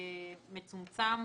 מצומצם